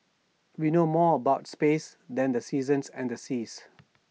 we know more about space than the seasons and the seas